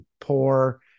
poor